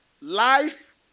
life